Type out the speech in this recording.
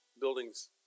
Buildings